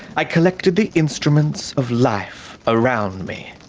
i collected the instruments of life around me,